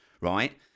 right